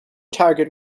target